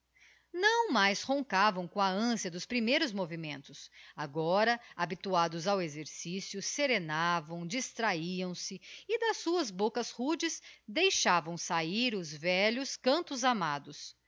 não mais roncavam com a anciã dos primeiros movimentos agora habituados ao exercício serenavam distrahiam se e das suas boccas rudes deixavam sahir os velhos cantos amados